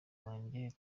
wanjye